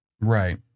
Right